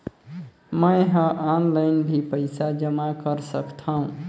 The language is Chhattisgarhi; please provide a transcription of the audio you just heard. मैं ह ऑनलाइन भी पइसा जमा कर सकथौं?